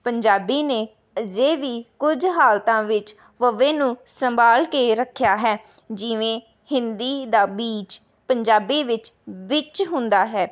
ਪੰਜਾਬੀ ਨੇ ਅਜੇ ਵੀ ਕੁਝ ਹਾਲਤਾਂ ਵਿੱਚ ਵਵੇ ਨੂੰ ਸੰਭਾਲ ਕੇ ਰੱਖਿਆ ਹੈ ਜਿਵੇਂ ਹਿੰਦੀ ਦਾ ਬੀਚ ਪੰਜਾਬੀ ਵਿੱਚ ਵਿੱਚ ਹੁੰਦਾ ਹੈ